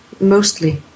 mostly